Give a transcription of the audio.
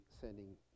sending